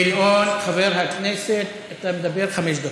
גילאון, חבר הכנסת, אתה מדבר חמש דקות.